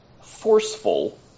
forceful